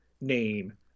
name